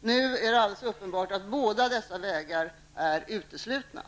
Nu är det alldeles uppenbart att båda dessa vägar är uteslutna.